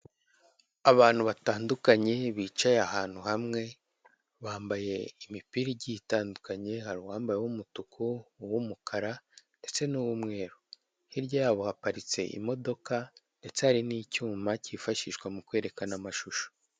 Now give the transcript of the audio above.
Abantu batandukanye bicaye ahantu hamwe bambaye imipira igiye itandukanye hari uwambaye uw'umutuku, uw'umukara ndetse n'umweru, hirya yabo haparitse imodoka ndetse hari n'icyuma kifashishwa mu kwerekana amashusho.